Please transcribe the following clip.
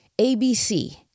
ABC